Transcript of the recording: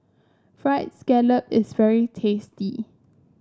fried scallop is very tasty